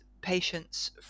patients